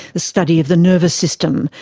the study of the nervous system,